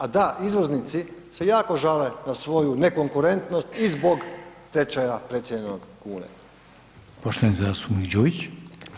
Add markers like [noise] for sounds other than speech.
A da, izvoznici se jako žale na svoju nekonkurentnost i zbog tečaja ... [unintelligible] u kune.